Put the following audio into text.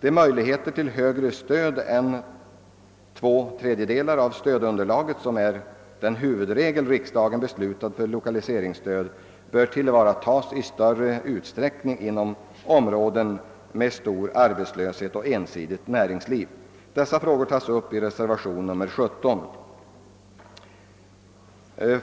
De möjligheter till större stöd än två tredjedelar av stödunderlaget — detta är den huvudregel riksdagen fastställt för lokaliseringsstöd — bör tillvaratas i större utsträckning inom områden med stor arbetslöshet och ensidigt näringsliv. Dessa frågor tas upp i reservationen 17.